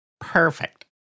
Perfect